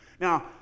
Now